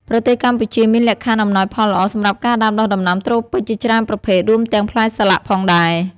ប្រទេសកម្ពុជាមានលក្ខខណ្ឌអំណោយផលល្អសម្រាប់ការដាំដុះដំណាំត្រូពិចជាច្រើនប្រភេទ រួមទាំងផ្លែសាឡាក់ផងដែរ។